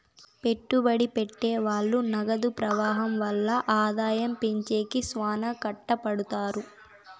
పెట్టుబడి పెట్టె వాళ్ళు నగదు ప్రవాహం వల్ల ఆదాయం పెంచేకి శ్యానా కట్టపడుతారు